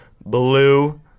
BLUE